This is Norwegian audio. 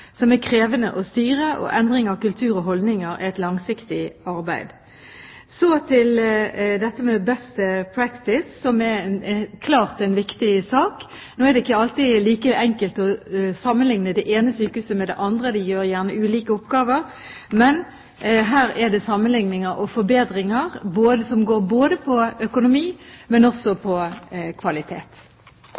som er krevende å styre, og endring av kultur og holdninger er et langsiktig arbeid. Så til dette med «best practice», som klart er en viktig sak. Nå er det ikke alltid like enkelt å sammenligne det ene sykehuset med det andre – de har gjerne ulike oppgaver – men her er det sammenligninger og forbedringer som går både på økonomi og på kvalitet.